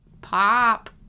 pop